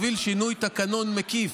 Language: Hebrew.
והוביל שינוי תקנון מקיף.